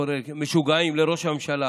קורא "משוגעים" לראש הממשלה